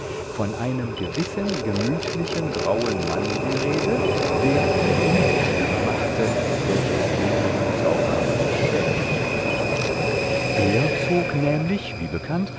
von einem gewissen gemütlichen grauen mann die rede der ein kunststück machte welches jenen zauber beschämt er zog nämlich wie bekannt